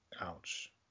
Ouch